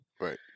right